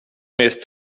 jest